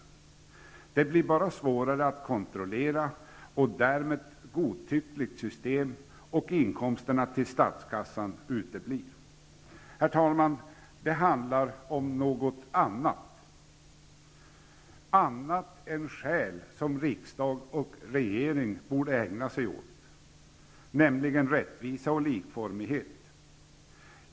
Det hela blir bara svårare att kontrollera, ett godtyckligt system skapas, och inkomsterna till statskassan uteblir. Herr talman! Det här handlar om något annat, dvs. de skäl som riksdagen och regering borde ägna sig åt, nämligen rättvisa och likformighet.